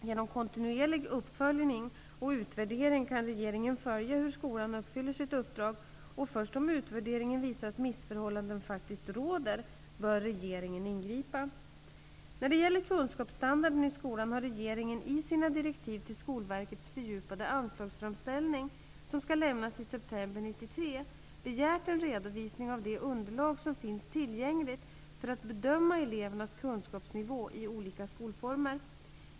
Genom kontinuerlig uppföljning och utvärdering kan regeringen följa hur skolan uppfyller sitt uppdrag, och först om utvärderingen visar att missförhållanden faktiskt råder, bör regeringen ingripa. När det gäller kunskapsstandarden i skolan har regeringen i sina direktiv till Skolverkets fördjupade anslagsframställning, som skall lämnas i september 1993, begärt en redovisning av det underlag som finns tillgängligt för att bedöma elevernas kunskapsnivå i olika skolformer.